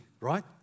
right